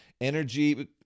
energy